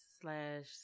slash